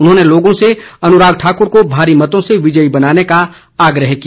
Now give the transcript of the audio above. उन्होंने लोगो से अनुराग ठाक्र को भारी मतों से विजयी बनाने का आग्रह किया